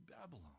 Babylon